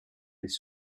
les